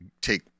take